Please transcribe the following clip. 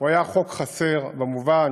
הוא היה חוק חסר במובן